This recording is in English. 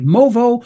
Movo